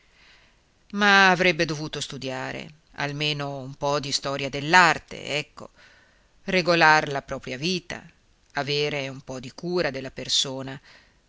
ma avrebbe dovuto studiare almeno un po di storia dell'arte ecco regolar la propria vita aver un po di cura della persona